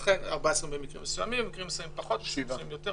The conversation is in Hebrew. לכן 14 יום במקרים מסוימים ובמקרים אחרים פחות או יותר,